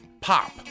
pop